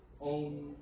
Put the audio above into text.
own